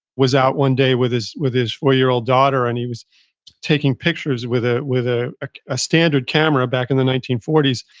was out one day with his with his four-year-old daughter and he was taking pictures with ah a ah ah standard camera back in the nineteen forty s.